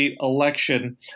election